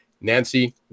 Nancy